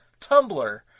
Tumblr